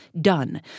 Done